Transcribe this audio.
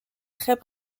très